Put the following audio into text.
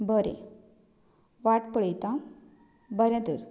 बरें वाट पळयतां बरें तर